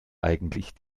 eigentlich